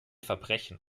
verbrechen